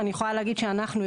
אני יכולה להגיד שאנחנו,